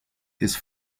his